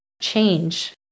change